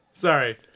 Sorry